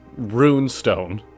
runestone